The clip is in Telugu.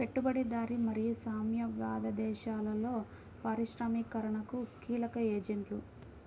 పెట్టుబడిదారీ మరియు సామ్యవాద దేశాలలో పారిశ్రామికీకరణకు కీలక ఏజెంట్లు